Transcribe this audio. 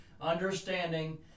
understanding